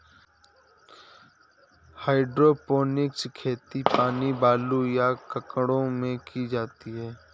hydroponics खेती पानी, बालू, या कंकड़ों में की जाती है